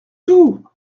tout